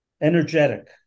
energetic